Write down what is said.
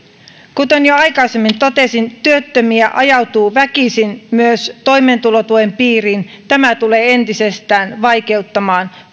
kuten jo aikaisemmin totesin työttömiä ajautuu väkisin myös toimeentulotuen piiriin tämä tulee entisestään vaikeuttamaan